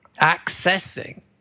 accessing